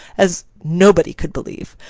as nobody could believe,